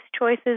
choices